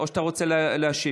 או שאתה רוצה להשיב,